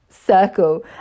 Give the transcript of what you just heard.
Circle